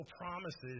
promises